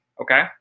okay